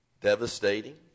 devastating